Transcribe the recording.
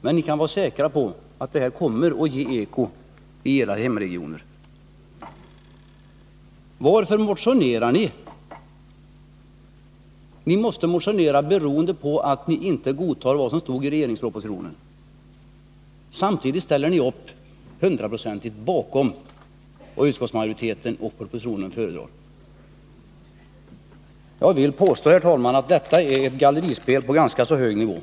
Men ni kan vara säkra på att det här kommer att ge eko i era hemregioner! Varför motionerade ni? Ni måste ha motionerat därför att ni inte godtog vad som stod i propositionen. Och nu ställer ni till 100 26 upp bakom utskottsmajoriteten och propositionen! Jag vill påstå att detta är ett gallerispel på ganska så hög nivå.